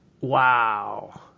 Wow